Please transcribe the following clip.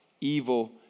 evil